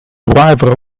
driver